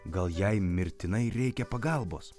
gal jai mirtinai reikia pagalbos